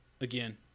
again